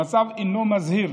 המצב אינו מזהיר,